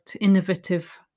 innovative